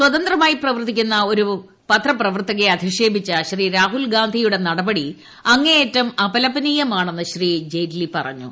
സ്വതന്ത്രമായി പ്രവർത്തിക്കുന്ന ഒരു പത്രപ്രദ്ധർത്ത്കയെ അധിക്ഷേപിച്ച ശ്രീ രാഹുൽഗാന്ധിയുടെ നടപട്ടി അങ്ങേയറ്റം അപലപനീയമാണെന്ന് ശ്രീ ജെയ്റ്റ്ലി പ്പറ്ഞ്ഞു